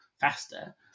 faster